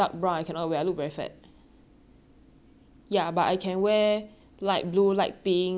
ya but I can wear light blue light pink mustard yellow light grey all those I can